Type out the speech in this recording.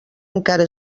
encara